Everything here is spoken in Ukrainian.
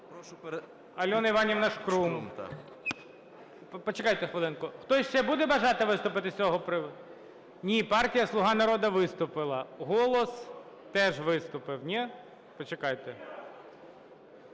Альона Іванівна Шкрум. Почекайте хвилинку. Хтось ще буде бажати виступити з цього приводу? Ні, партія "Слуга народу" виступила, "Голос" теж виступив. Ні? Почекайте.